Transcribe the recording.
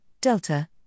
delta